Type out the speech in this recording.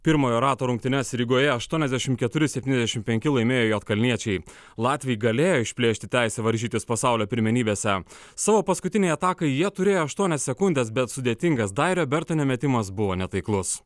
pirmojo rato rungtynes rygoje aštuoniasdešimt keturi septyniasdešimt penki laimėjo juodkalniečiai latviai galėjo išplėšti teisę varžytis pasaulio pirmenybėse savo paskutinei atakai jie turėjo aštuonias sekundes bet sudėtingas darė bertine metimas buvo netaiklus